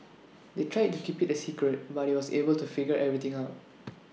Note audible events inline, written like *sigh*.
*noise* they tried to keep IT A secret but he was able to figure everything out